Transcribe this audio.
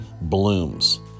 blooms